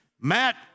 Matt